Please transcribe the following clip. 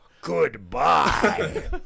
goodbye